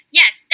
yes